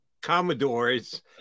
Commodores